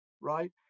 right